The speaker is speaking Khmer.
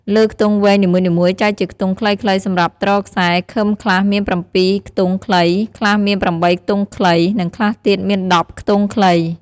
លើខ្ទង់វែងនីមួយៗចែកជាខ្ទង់ខ្លីៗសំរាប់ទ្រខ្សែ ឃឹមខ្លះមាន៧ខ្ទង់ខ្លី ខ្លះមាន៨ខ្ទង់ខ្លី និងខ្លះទៀតមាន១០ខ្ទង់ខ្លី។